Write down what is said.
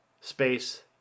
space